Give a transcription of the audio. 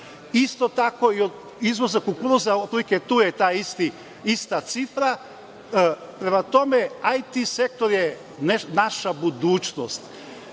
Isto tako i od izvoza kukuruza, otprilike tu je ta ista cifra, prema tome, IT sektor je naša budućnost.